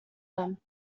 them